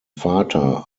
vater